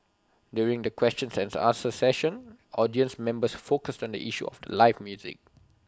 during the question and answer session audience members focused on the issue of live music